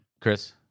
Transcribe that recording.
chris